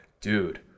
dude